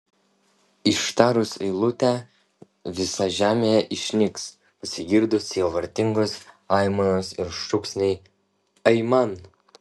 ištarus eilutę visa žemėje išnyks pasigirdo sielvartingos aimanos ir šūksniai aiman